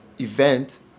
event